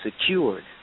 secured